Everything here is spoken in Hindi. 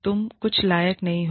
तुम कुछ लायक नहीं हो